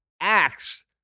acts